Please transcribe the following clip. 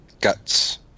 Guts